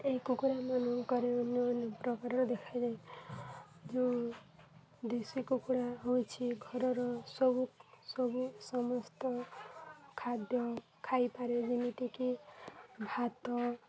ଏ କୁକୁଡ଼ାମାନଙ୍କରେ ଅନେକ ପ୍ରକାରର ଦେଖାଯାଏ ଯେଉଁ ଦେଶୀ କୁକୁଡ଼ା ହେଉଛି ଘରର ସବୁ ସବୁ ସମସ୍ତ ଖାଦ୍ୟ ଖାଇପାରେ ଯେମିତିକି ଭାତ